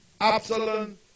Absalom